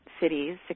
cities